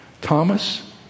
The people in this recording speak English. Thomas